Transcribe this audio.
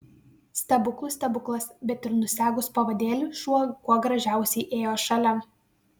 stebuklų stebuklas bet ir nusegus pavadėlį šuo kuo gražiausiai ėjo šalia